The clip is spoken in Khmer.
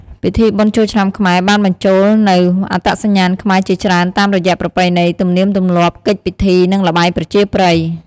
ពិធីបុណ្យចូលឆ្នាំខ្មែរបានបញ្ចូលនូវ អត្តសញ្ញាណខ្មែរ ជាច្រើនតាមរយៈប្រពៃណី ទំនៀមទម្លាប់ កិច្ចពិធី និងល្បែងប្រជាប្រិយ។